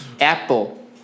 apple